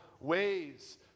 ways